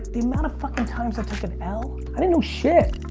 the amount of fucking times i took a l. i didn't know shit.